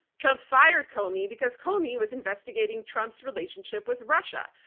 trump fired comey because comey was investigating trump's relationship with russia,